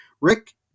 Rick